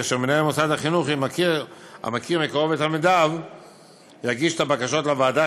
כאשר מנהל מוסד החינוך המכיר מקרוב את תלמידיו יגיש את הבקשות לוועדה,